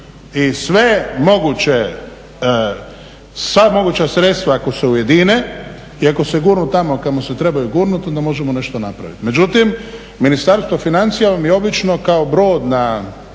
I sve moguće, sva moguća sredstva ako se ujedine i ako se gurnu tamo kamo se trebaju gurnuti onda možemo nešto napraviti. Međutim, Ministarstvo financija vam je obično kao brod na